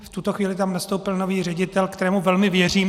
V tuto chvíli tam nastoupil nový ředitel, kterému velmi věřím.